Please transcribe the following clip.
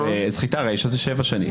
סחיטה רישה זה שבע שנים.